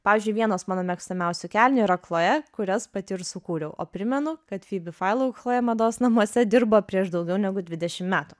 pavyzdžiui vienos mano mėgstamiausių kelnių yra chloe kurias pati ir sukūriau o primenu kad fibi failau chloe mados namuose dirbo prieš daugiau negu dvidešimt metų